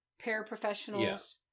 paraprofessionals